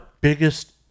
biggest